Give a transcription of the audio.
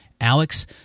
Alex